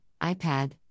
iPad